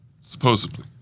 supposedly